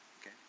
Okay